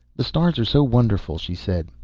the stars are so wonderful, she said.